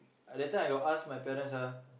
that time I got ask my parents ah